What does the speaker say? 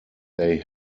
they